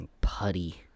putty